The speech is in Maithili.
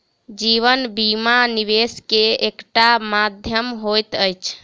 जीवन बीमा, निवेश के एकटा माध्यम होइत अछि